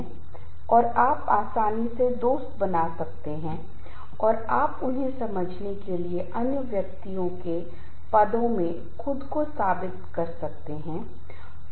इसलिए इस वक्र से हमने जो सीखा है वह यह है कि जब तनाव कम होता है या एरोसोल कम होता है तो प्रदर्शन कम होता है जब तनाव मध्यम होता है और प्रदर्शन अधिक होता है और जब तनाव अधिक होता है तो प्रदर्शन कम होता है